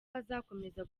azakomeza